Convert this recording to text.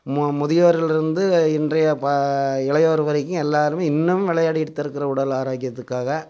முதியவரிலிருந்து இன்றைய இளையவர் வரைக்கும் எல்லோருமே இன்னமும் விளையாடிட்டு தான் இருக்கிறோம் உடல் ஆரோக்கியத்துக்காக